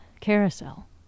carousel